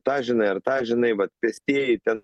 tą žinai ar tą žinai vat pėstieji ten